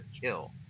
kill